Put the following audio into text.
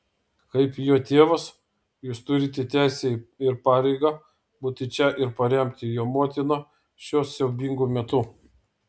kaip jo tėvas jūs turite teisę ir pareigą būti čia ir paremti jo motiną šiuo siaubingu metu